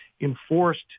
enforced